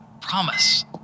promise